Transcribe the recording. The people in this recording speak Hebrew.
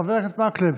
חבר הכנסת מקלב,